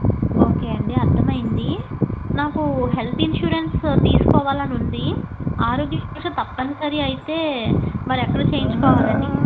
okay అండి అర్దమైంది నాకూ హెల్త్ ఇన్షూరెన్స్ తీసుకోవాలనుంది ఆరోగ్యపరీక్ష తప్పనిసరి అయితే మరెక్కడ చెయ్యించుకోవాలండి